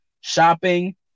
shopping